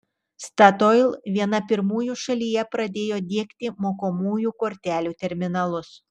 statoil viena pirmųjų šalyje pradėjo diegti mokamųjų kortelių terminalus